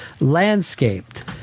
landscaped